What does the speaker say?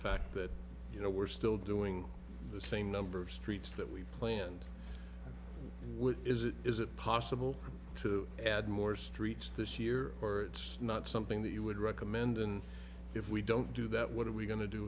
fact that you know we're still doing the same number of streets that we planned which is it is it possible to add more streets this year or it's not something that you would recommend and if we don't do that what are we going to do